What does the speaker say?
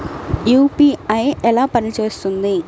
UPI ఎలా పనిచేస్తుంది?